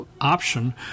option